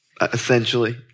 essentially